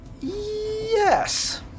yes